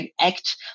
act